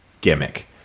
gimmick